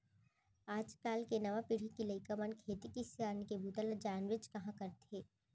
आज काल के नवा पीढ़ी के लइका मन खेती किसानी के बूता ल जानबे कहॉं करथे